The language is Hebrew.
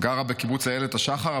גרה בקיבוץ איילת השחר,